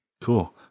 Cool